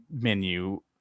menu